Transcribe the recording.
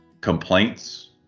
Complaints